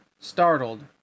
Startled